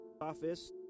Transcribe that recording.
Office